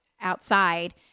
outside